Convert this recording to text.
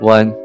One